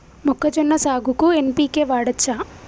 మొక్కజొన్న సాగుకు ఎన్.పి.కే వాడచ్చా?